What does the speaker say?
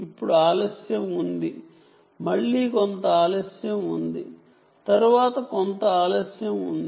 ఇప్పుడు time delay ఉంది మళ్ళీ కొంత టైం డిలే ఉంది తరువాత కొంత టైం డిలే ఉంది